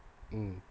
mm